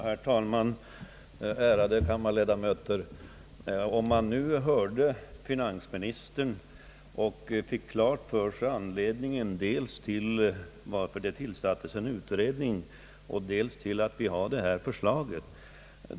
Herr talman, ärade kammarledamöter! Vi har nu av finansministern fått höra anledningen dels till att en utredning tillsattes och dels till att detta förslag har framlagts.